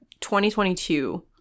2022